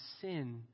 sin